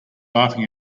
laughing